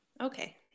okay